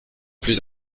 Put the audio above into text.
plus